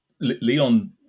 Leon